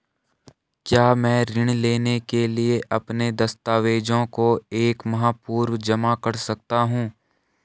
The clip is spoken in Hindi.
क्या मैं ऋण लेने के लिए अपने दस्तावेज़ों को एक माह पूर्व जमा कर सकता हूँ?